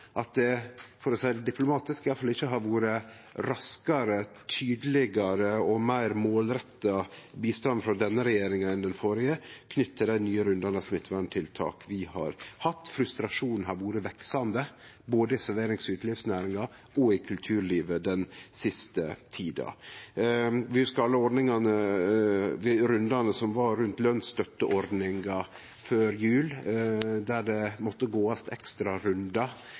at det – for å seie det diplomatisk – i alle fall ikkje har vore raskare, tydelegare og meir målretta bistand frå denne regjeringa enn frå den førre knytt til dei nye rundane om smitteverntiltak vi har hatt. Frustrasjonen har vore veksande både i serverings- og utelivsnæringa og i kulturlivet den siste tida. Vi hugsar alle rundane som var rundt lønsstøtteordninga før jul der ein måtte gå ekstrarundar, og det måtte